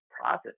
process